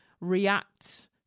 react